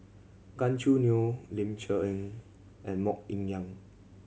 Gan Choo Neo Ling Cher Eng and Mok Ying Jang